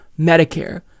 Medicare